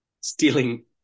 stealing